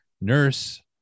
nurse